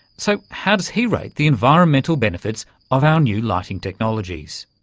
so how does he rate the environmental benefits of our new lighting technologies?